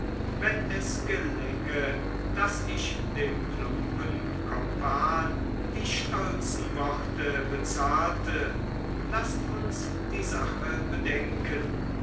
wenn es gelänge daß ich dem plumpen kompan die stolzen worte bezahlte laßt uns die sache bedenken